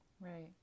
Right